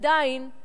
עדיין,